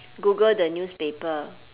google the newspaper